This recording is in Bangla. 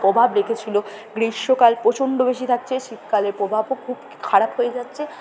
প্রভাব রেখেছিলো গ্রীষ্মকাল প্রচণ্ড বেশি থাকছে শীতকালে প্রভাবও খুব খারাপ হয়ে যাচ্ছে